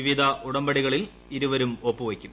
വിവിധ ഉടമ്പടികളിൽ ഇരുവരും ഒപ്പുവയ്ക്കും